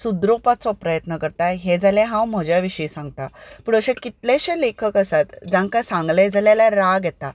सुदरोवपाचो प्रयत्न करता जाल्यार हांव म्हजे विशीं सांगता पूण अशे कितलेशेच लेखक आसात जांकां सांगलें जाल्यार राग येता